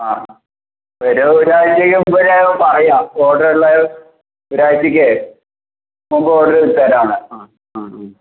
ആ ഒരു ഒരാഴ്ചക്ക് മുൻപ്വരെ പറയാം ഓർഡർ ഉള്ളത് ഒരാഴ്ച്ചക്കെ മുൻപ് ഓർഡർ തരാംന്നു ആ ആ ആ